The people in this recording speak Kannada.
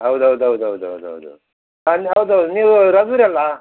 ಹೌದು ಹೌದು ಹೌದು ಹೌದು ಹೌದು ಹೌದು ಹಾಂ ಹೌದು ಹೌದು ನೀವೂ ರಘುವೀರ್ ಅಲ್ಲ